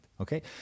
okay